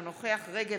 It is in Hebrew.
אינו נוכח מירי מרים רגב,